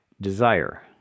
desire